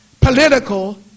political